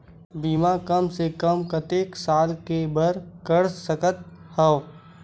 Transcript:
बीमा कम से कम कतेक साल के बर कर सकत हव?